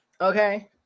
okay